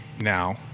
now